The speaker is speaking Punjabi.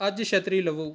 ਅੱਜ ਛੱਤਰੀ ਲਵੋ